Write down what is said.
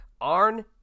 Arn